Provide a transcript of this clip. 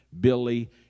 Billy